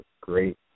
great